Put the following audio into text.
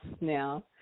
now